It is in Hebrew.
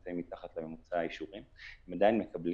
הם נמצאים מתחת לממוצע האישורים הם עדיין מקבלים.